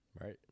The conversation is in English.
Right